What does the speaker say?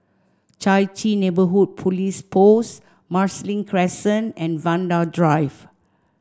Chai Chee Neighbourhood Police Post Marsiling Crescent and Vanda Drive